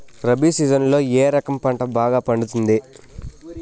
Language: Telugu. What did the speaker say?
రబి సీజన్లలో ఏ రకం పంట బాగా పండుతుంది